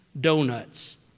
donuts